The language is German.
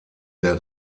der